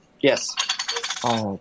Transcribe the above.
Yes